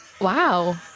Wow